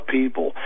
people